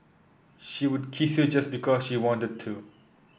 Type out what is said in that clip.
she would kiss you just because she wanted to